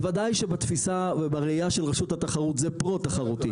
בוודאי שבתפיסה ובראייה של רשות התחרות זה פרו-תחרותי.